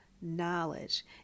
knowledge